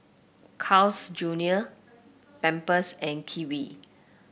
Carl's Junior Pampers and Kiwi